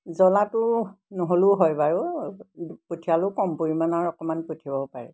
জলাটো নহ'লেও হয় বাৰু পঠিয়ালেও কম পৰিমাণৰ অকণমান পঠিয়াবও পাৰে